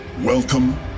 Welcome